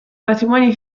matrimoni